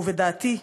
ובדעתי,